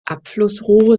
abflussrohre